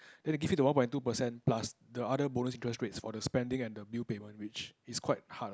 then they give you the one point two percent plus the other bonus interest rates for the spending and the bill payment which is quite hard lah